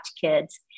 kids